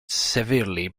severely